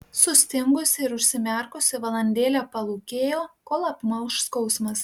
sustingusi ir užsimerkusi valandėlę palūkėjo kol apmalš skausmas